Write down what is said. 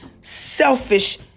selfish